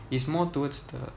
it's more towards the